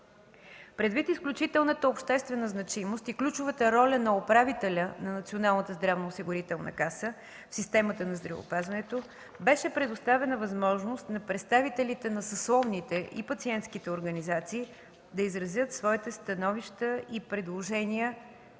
Предвид изключителната обществена значимост и ключовата роля на управителя на НЗОК в системата на здравеопазването беше предоставена възможност на представителите на съсловните и пациентските организации да изразят своите становища и предложения